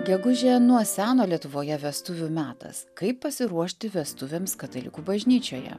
gegužę nuo seno lietuvoje vestuvių metas kaip pasiruošti vestuvėms katalikų bažnyčioje